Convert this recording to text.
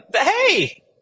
Hey